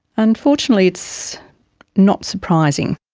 unfortunately it's not surprising.